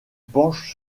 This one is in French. penche